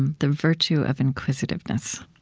the virtue of inquisitiveness.